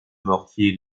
mortier